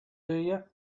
you